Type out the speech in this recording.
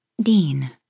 Dean